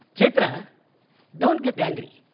chaitra don't get angry.